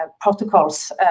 protocols